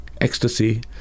ecstasy